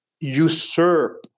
usurp